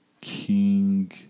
king